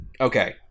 Okay